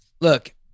look